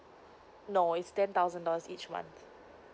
no it's ten thousand dollars each month